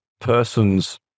persons